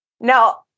Now